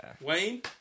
Wayne